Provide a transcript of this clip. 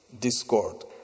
discord